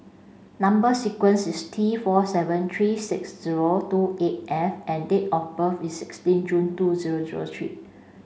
number sequence is T four seven three six zero two eight F and date of birth is sixteen June two zero zero three